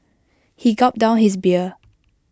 he gulped down his beer